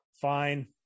fine